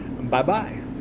Bye-bye